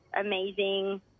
amazing